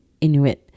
Inuit